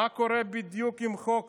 מה קורה בדיוק עם חוק